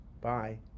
Bye